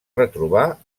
retrobar